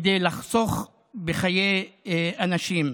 כדי לחסוך בחיי האנשים.